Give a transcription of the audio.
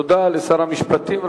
תודה לשר המשפטים.